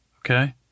okay